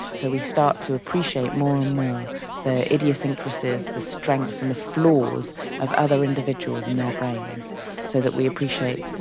so we start to appreciate more and more the idiosyncrasies, the strengths and the flaws of other individuals and their brains so that we appreciate,